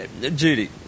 Judy